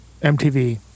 MTV